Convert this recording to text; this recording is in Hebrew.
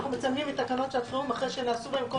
תקנות שאנחנו מצלמים הן תקנות תצלום אחרי שנעשו בהן כל מיני שינויים.